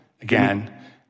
Again